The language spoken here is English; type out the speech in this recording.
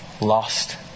Lost